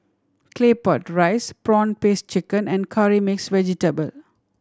Claypot Rice prawn paste chicken and Curry Mixed Vegetable